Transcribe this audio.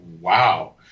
wow